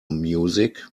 music